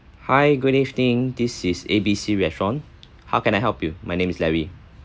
hi good evening this is A_B_C restaurant how can I help you my name is larry